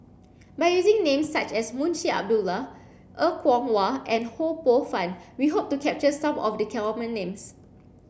by using names such as Munshi Abdullah Er Kwong Wah and Ho Poh Fun we hope to capture some of the common names